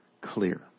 clear